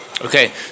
Okay